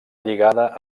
lligada